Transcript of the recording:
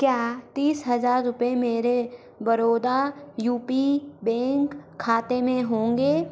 क्या तीस हज़ार रुपये मेरे बरोदा यू पी बेंक खाते में होंगे